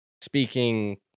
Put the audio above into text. speaking